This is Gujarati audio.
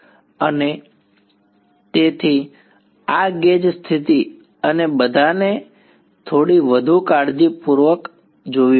અને તેથી આ ગેજ સ્થિતિ અને બધાને થોડી વધુ કાળજીપૂર્વક જોવી પડશે